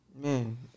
Man